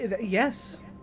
Yes